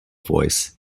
voice